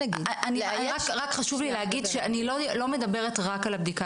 רק חשוב לי להגיד שאני לא מדברת רק על הבדיקה